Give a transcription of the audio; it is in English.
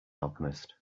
alchemist